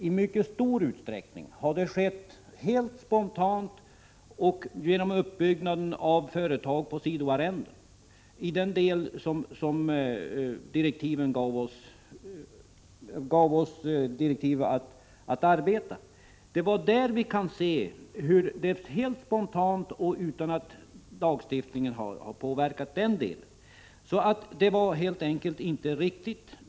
I mycket stor utsträckning har det skett helt spontant och genom uppbyggnad av företag på sidoarrenden, när det gäller den del som vi hade direktiv att arbeta med. Där kunde vi se att lagstiftningen inte hade haft någon påverkan.